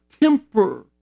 temper